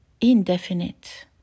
indefinite